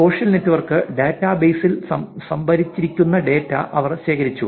social network ഡാറ്റാബേസിൽ സംഭരിച്ചിരിക്കുന്ന data അവർ ശേഖരിച്ചു